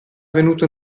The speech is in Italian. venuto